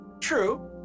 True